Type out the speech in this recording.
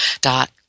dot